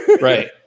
Right